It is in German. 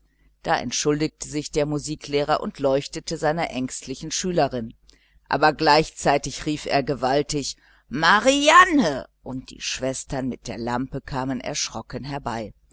da entschuldigte sich der musiklehrer und leuchtete seiner ängstlichen schülerin aber gleichzeitig rief er gewaltig marianne und die schwestern mit der lampe kamen erschrocken herbei